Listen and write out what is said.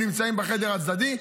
הם נמצאים בחדר הצדדי,